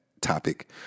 topic